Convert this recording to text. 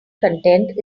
content